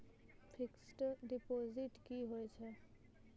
Fixed deposit की होय छै?